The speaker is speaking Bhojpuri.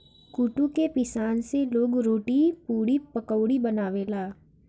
कुटू के पिसान से लोग रोटी, पुड़ी, पकउड़ी बनावेला